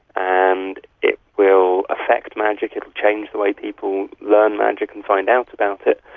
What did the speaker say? and it will affect magic, it will change the way people learn magic and find out about it,